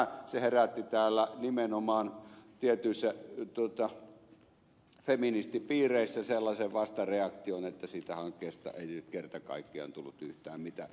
se herätti täällä nimenomaan tietyissä feministipiireissä sellaisen vastareaktion että siitä hankkeesta ei kerta kaikkiaan tullut yhtään mitään